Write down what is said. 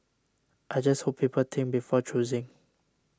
I just hope people think before choosing